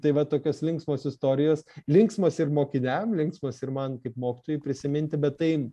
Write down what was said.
tai va tokios linksmos istorijos linksmos ir mokiniam linksmos ir man kaip mokytojui prisiminti bet tai